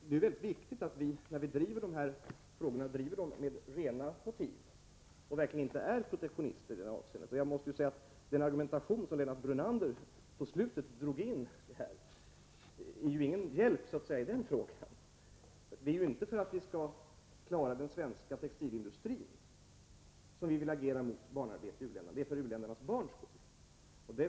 Det är mycket viktigt att vi driver dessa frågor med rena motiv och verkligen inte är protektionister i det avseendet, och jag måste säga att den argumentation som Lennart Brunander drog in på slutet inte är någon hjälp i den frågan. Det är inte för att vi skall klara den svenska textilindustrin som vi vill agera mot barnarbete i u-länderna, utan det är för u-ländernas barns skull.